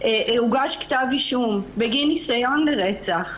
הוגש כתב אישום בגין ניסיון לרצח,